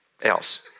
else